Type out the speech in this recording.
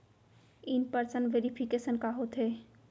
In person verification का होथे?